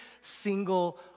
single